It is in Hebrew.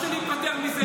אתה רוצה להיפטר מזה?